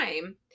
time